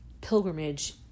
pilgrimage